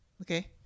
Okay